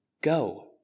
go